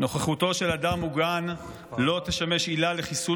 נוכחותו של אדם מוגן "לא תשמש עילה לחיסון